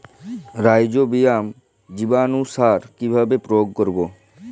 Rhizobium জীবানুসার কিভাবে প্রয়োগ করব?